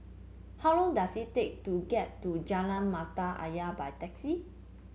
how long does it take to get to Jalan Mata Ayer by taxi